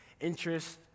interest